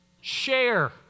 Share